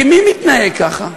כי מי מתנהג ככה?